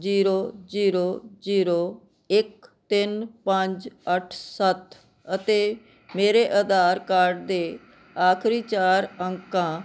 zero zero zero ਇੱਕ ਤਿੰਨ ਪੰਜ ਅੱਠ ਸੱਤ ਅਤੇ ਮੇਰੇ ਆਧਾਰ ਕਾਰਡ ਦੇ ਆਖਰੀ ਚਾਰ ਅੰਕਾਂ